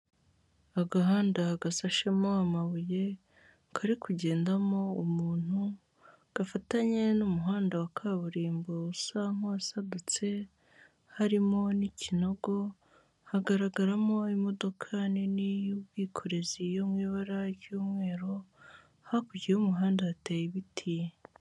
Agahanda gasashemo amabuye kari kugendamo umuntu, gafatanye n'umuhanda wa kaburimbo usa n'uwasadutse, harimo n'ikinogo, hagaragaramo imodoka nini y'ubwikorezi yo mu ibara ry'umweru hakurya y'umuhanda hateye ibiti.